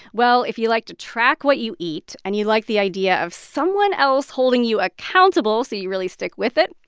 well, if you like to track what you eat and you like the idea of someone else holding you accountable so you really stick with it,